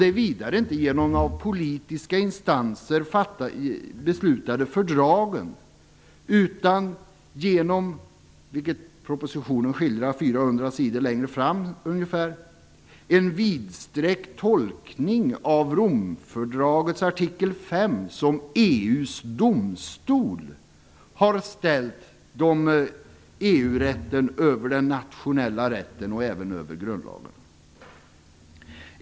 Det är vidare inte genom några av politiska instanser beslutade fördrag utan - vilket skildras i propositionen ca 400 sidor längre fram - genom en "vidsträckt tolkning" av Romfördragets artikel 5 som EU:s domstol har ställt EU-rätten över den nationella rätten och även över grundlagarna.